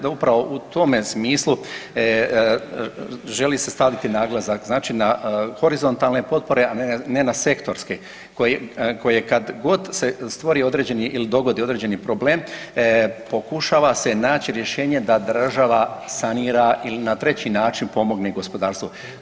No upravo u tome smislu želi se staviti naglasak, znači na horizontalne potpore a ne na sektorske koje kad god se stvori određeni ili dogodi određeni problem pokušava se naći rješenje da država sanira ili na treći način pomogne gospodarstvu.